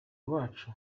iwacu